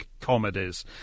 comedies